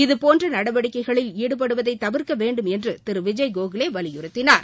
இதபோன்ற நடவடிக்கைகளில் ஈடுபடுவதை தவிர்க்க வேண்டும் என்று திரு விஜய்கோகலே வலியுறுத்தினார்